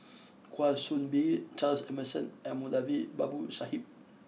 Kwa Soon Bee Charles Emmerson and Moulavi Babu Sahib